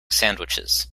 sandwiches